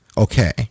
Okay